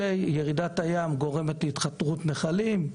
ירידת הים גורמת להתחתרות נחלים,